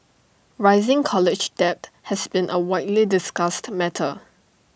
rising college debt has been A widely discussed matter